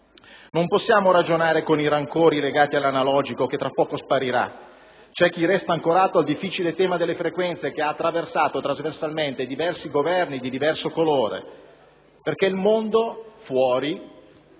non possiamo ragionare con i rancori legati all'analogico che tra poco sparirà. C'è chi resta ancorato al difficile tema delle frequenze - che ha attraversato trasversalmente diversi Governi di diverso colore - quando il mondo fuori